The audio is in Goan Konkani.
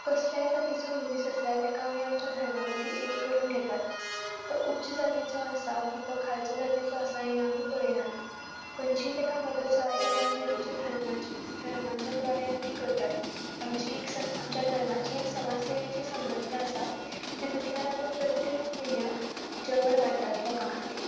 कसलेय जातिचो मनीस आसल्यार तेका आमी आमच्या धर्मा मदीं एक करून घेतात तो उच्च जातीचो आसा की तो खालच्या जातीचो आसा हें आमी पळयनात खंयचीय तेका मदत जाय जाल्यार आमी आमच्या धर्माच्या धर्माच्या द्वारे आमी तीं करतात आमची एक आमच्या धर्माची समाज सेवेची संघटना आसा तितूतल्यान आमी प्रत्येक म्हयन्याक जेवण वाडटात लोकां खातीर